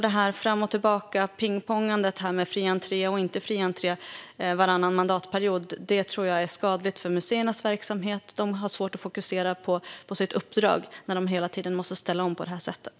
Det här pingpongandet fram och tillbaka, med fri entré varannan mandatperiod, tror jag är skadligt för museernas verksamhet. De har svårt att fokusera på sitt uppdrag när de hela tiden måste ställa om på det här sättet.